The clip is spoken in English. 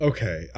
Okay